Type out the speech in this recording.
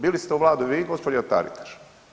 Bili ste u vladi vi i gospođa Taritaš.